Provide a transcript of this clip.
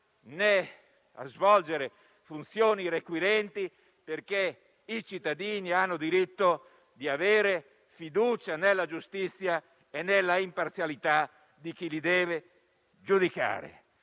né svolgere funzioni requirenti perché i cittadini hanno diritto di avere fiducia nella giustizia e nell'imparzialità di chi li giudica.